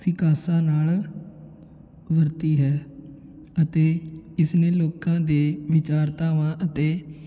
ਵਿਕਾਸਾਂ ਨਾਲ ਵਰਤੀ ਹੈ ਅਤੇ ਇਸ ਨੇ ਲੋਕਾਂ ਦੇ ਵਿਚਾਰਧਾਵਾਂ ਅਤੇ